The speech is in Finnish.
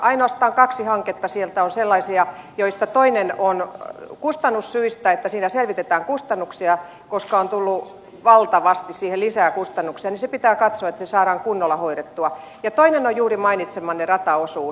ainoastaan kaksi hanketta sieltä on sellaisia joista toisessa on kustannussyitä siinä selvitetään kustannuksia koska on tullut valtavasti siihen lisää kustannuksia niin se pitää katsoa että se saadaan kunnolla hoidettua ja toinen on juuri mainitsemanne rataosuus